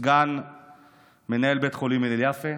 סגן מנהל בית חולים הלל יפה,